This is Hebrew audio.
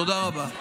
תודה רבה.